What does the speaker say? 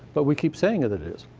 but we keep saying that it is.